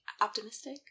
optimistic